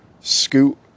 scoot